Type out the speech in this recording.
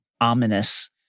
ominous